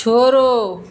छोड़ो